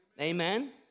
Amen